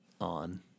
On